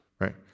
right